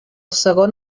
segon